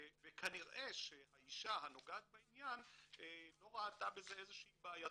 וכנראה שהאשה הנוגעת בעניין לא ראתה בזה איזו שהיא בעייתיות.